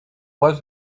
was